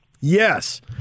Yes